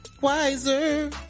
Wiser